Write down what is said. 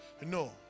No